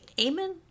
Amen